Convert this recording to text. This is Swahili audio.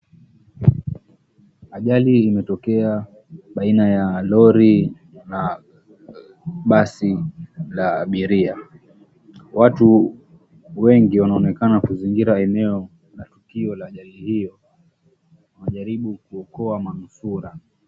Ajali imetokea baina ya lori na basi la abiria. Watu wengi wanaonekana kuzingira eneo la tukio la ajali hiyo wakijaribu kuokoa manusura.